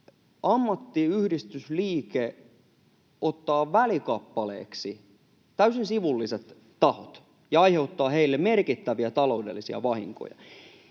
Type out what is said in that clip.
ammattiyhdistysliike ottaa välikappaleeksi täysin sivulliset tahot ja aiheuttaa heille merkittäviä taloudellisia vahinkoja.